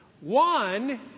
One